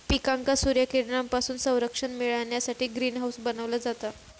पिकांका सूर्यकिरणांपासून संरक्षण मिळण्यासाठी ग्रीन हाऊस बनवला जाता